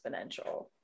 exponential